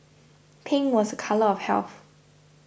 pink was a colour of health